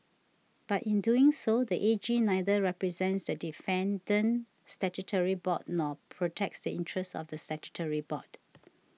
but in doing so the A G neither represents the defendant statutory board nor protects the interests of the statutory board